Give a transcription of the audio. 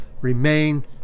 remain